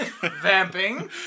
Vamping